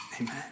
Amen